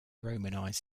romanized